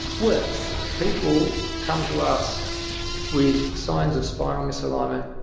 works. people come to us with signs of spinal misalignment